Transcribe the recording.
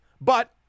But-